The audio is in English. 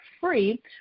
free